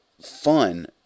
fun